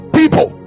people